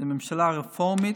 זו ממשלה רפורמית.